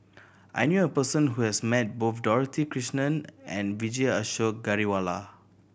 I knew a person who has met both Dorothy Krishnan and Vijesh Ashok Ghariwala